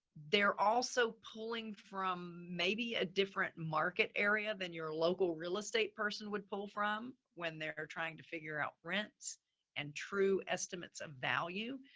they're also pulling from maybe a different market area than your local real estate person would pull from when they're trying to figure out rents and true estimates of value.